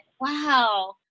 Wow